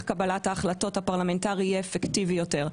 קבלת ההחלטות הפרלמנטרי יהיה אפקטיבי יותר.